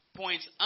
points